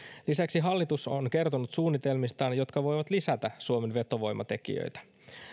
lisäksi hallitus on kertonut suunnitelmistaan jotka voivat lisätä suomen vetovoimatekijöitä